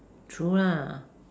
true lah